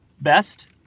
best